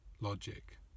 logic